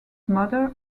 mother